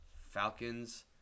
Falcons